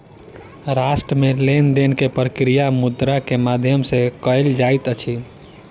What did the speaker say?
राष्ट्र मे लेन देन के प्रक्रिया मुद्रा के माध्यम सॅ कयल जाइत अछि